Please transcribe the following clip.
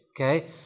Okay